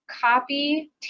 copy